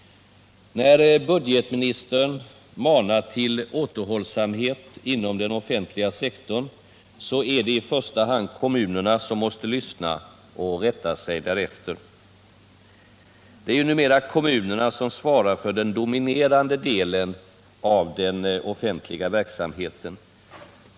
När budgetministern manar till återhållsamhet inom den offentliga sektorn, så är det i första hand kommunerna som måste lyssna och rätta sig därefter. Det är ju numera kommunerna som svarar för den dominerande delen av den offentliga verksamheten.